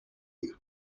you